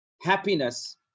happiness